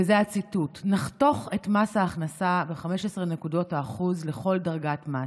וזה הציטוט: נחתוך את מס ההכנסה ב-15% לכל דרגת מס.